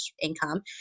income